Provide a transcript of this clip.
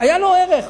היה לו ערך,